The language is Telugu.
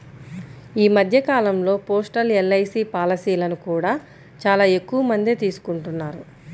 ఈ మధ్య కాలంలో పోస్టల్ ఎల్.ఐ.సీ పాలసీలను కూడా చాలా ఎక్కువమందే తీసుకుంటున్నారు